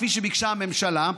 כפי שביקשה הממשלה,